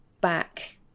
back